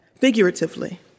figuratively